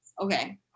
Okay